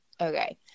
Okay